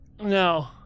No